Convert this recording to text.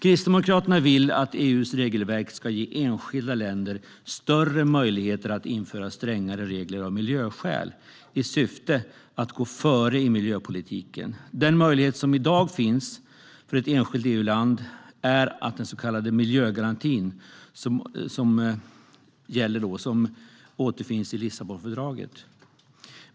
Kristdemokraterna vill att EU:s regelverk ska ge enskilda länder större möjligheter att införa strängare regler av miljöskäl i syfte att gå före i miljöpolitiken. Den möjlighet som i dag finns för ett enskilt EU-land är den så kallade miljögarantin som återfinns i Lissabonfördraget.